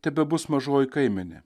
tebebus mažoji kaimenė